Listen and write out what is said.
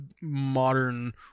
modern